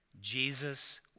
Jesus